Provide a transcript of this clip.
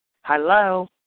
Hello